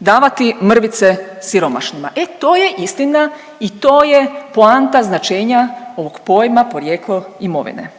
davati mrvice siromašnima. E to je istina i to je poanta značenja ovog pojma porijeklo imovine.